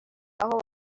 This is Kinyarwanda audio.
aho